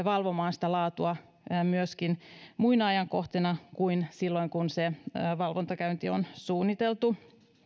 valvomaan sitä laatua myöskin muina ajankohtina kuin silloin kun se valvontakäynti on suunniteltu